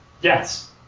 yes